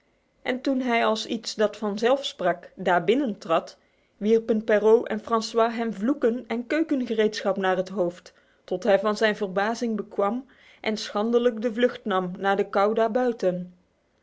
en toen hij als iets dat vanzelf sprak daar binnentrad wierpen perrault en francois hem vloeken en keukengereedschap naar het hoofd tot hij van zijn verbazing bekwam en schandelijk de vlucht nam naar de kou